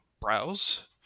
browse